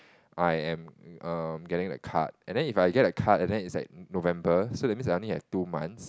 I am err getting the card and then if I get the card and then it's like November so that means I only have two months